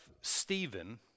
Stephen